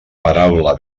paraula